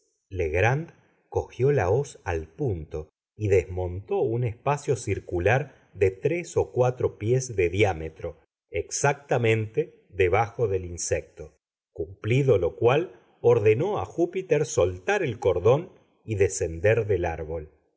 legrand cogió la hoz al punto y desmontó un espacio circular de tres o cuatro pies de diámetro exactamente debajo del insecto cumplido lo cual ordenó a júpiter soltar el cordón y descender del árbol